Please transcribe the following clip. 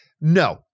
no